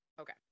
Okay